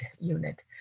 unit